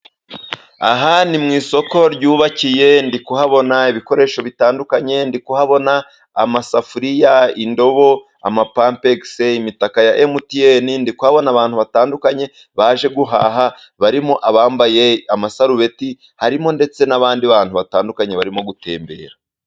Aha ni mu isoko ryubakiye. Ndi kuhabona ibikoresho bitandukanye. Ndikuhabona amasafuriya, indobo, amapampegisi, imitaka ya MTN. Ndikuhabona n'abantu batandukanye baje guhaha, barimo abambaye amasarubeti harimo ndetse n'abandi bantu batandukanye barimo gutembera.